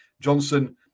Johnson